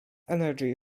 energy